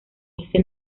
ese